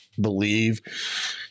Believe